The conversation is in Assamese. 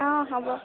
অ হ'ব